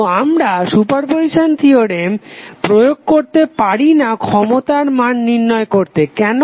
তো আমরা superposition theorem প্রয়োগ করতে পারিনা ক্ষমতার মান নির্ণয় করতে কেন